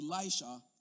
Elisha